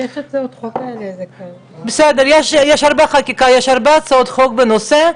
יש הרבה חקיקה, יש הרבה הצעות חוק בנושא,